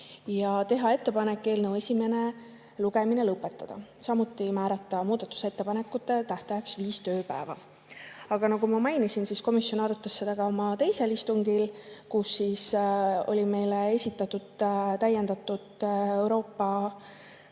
teha ettepanek eelnõu esimene lugemine lõpetada ja määrata muudatusettepanekute tähtajaks viis tööpäeva. Nagu ma mainisin, komisjon arutas [eelnõu] ka oma teisel istungil, kui olid meile esitatud täiendavad Euroopa